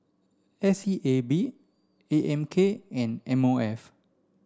S E A B A M K and M O F